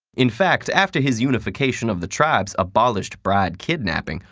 in fact, after his unification of the tribes abolished bride kidnapping,